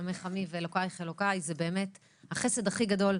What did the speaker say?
עמך עמי ואלוקיך אלוקי זה באמת החסד הכי גדול,